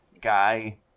guy